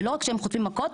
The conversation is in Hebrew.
ולא רק שהם חוטפים מכות,